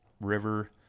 River